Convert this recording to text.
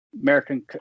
American